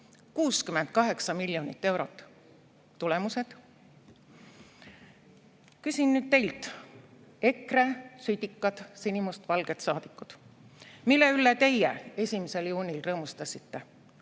68 miljonit eurot. Tulemused? Küsin nüüd teilt, EKRE südikad sinimustvalged saadikud, mille üle teie 1. juunil rõõmustasite.